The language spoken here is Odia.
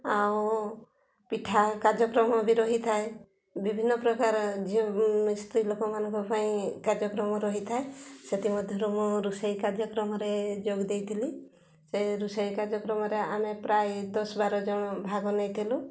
ଆଉ ପିଠା କାର୍ଯ୍ୟକ୍ରମ ବି ରହିଥାଏ ବିଭିନ୍ନ ପ୍ରକାର ଝିଅ ସ୍ତ୍ରୀ ଲୋକମାନଙ୍କ ପାଇଁ କାର୍ଯ୍ୟକ୍ରମ ରହିଥାଏ ସେଥିମଧ୍ୟରୁ ମୁଁ ରୋଷେଇ କାର୍ଯ୍ୟକ୍ରମରେ ଯୋଗ ଦେଇଥିଲି ସେ ରୋଷେଇ କାର୍ଯ୍ୟକ୍ରମରେ ଆମେ ପ୍ରାୟ ଦଶ ବାର ଜଣ ଭାଗ ନେଇଥିଲୁ